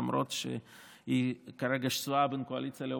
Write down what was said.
למרות שהיא כרגע שסועה בין קואליציה לאופוזיציה,